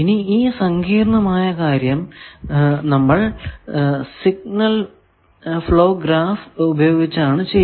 ഈ സങ്കീർണമായ കാര്യം നമ്മൾ സിഗ്നൽ ഫ്ലോ ഗ്രാഫ് ഉപയോഗിച്ചാണ് ചെയ്തത്